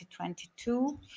2022